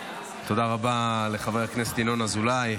תודה רבה לחבר הכנסת ינון אזולאי,